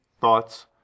thoughts